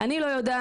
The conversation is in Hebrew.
אני לא יודעת,